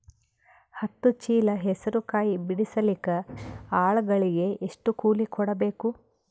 ಹತ್ತು ಚೀಲ ಹೆಸರು ಕಾಯಿ ಬಿಡಸಲಿಕ ಆಳಗಳಿಗೆ ಎಷ್ಟು ಕೂಲಿ ಕೊಡಬೇಕು?